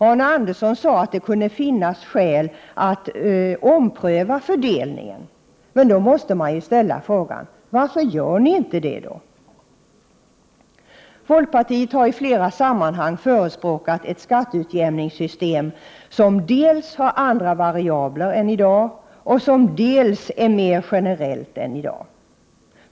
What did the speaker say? Arne Andersson sade att det kunde finnas skäl att ompröva fördelningen, men då måste jag ställa frågan: Varför gör ni inte det då? Folkpartiet har i flera sammanhang förespråkat ett skatteutjämningssystem som dels har andra variabler än i dag, dels är mer generellt än i dag.